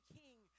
king